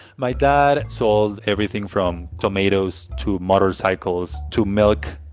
my dad sold everything from tomatoes to motorcycles to milk,